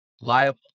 liable